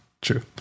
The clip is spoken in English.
true